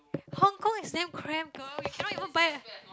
Hong-Kong is damn cramp girl you cannot even buy a